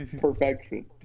Perfection